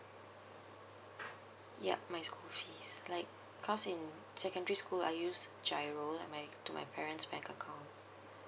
yup my school fees like cause in secondary school I use GIRO like my to my parents bank account